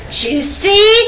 juicy